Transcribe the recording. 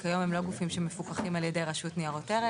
כיום הם אל גופים שמפוקחים על ידי הרשות לניירות ערך.